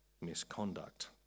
misconduct